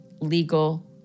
legal